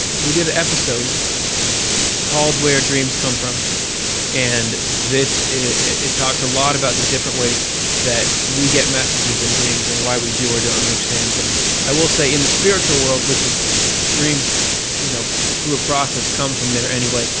we did an episode called where dreams come from and it talks a lot about the different ways that we get messages in dreams and why we do or don't understand things. i will say in the spiritual world, which is dreams you know through a process come from there anyway,